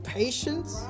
patience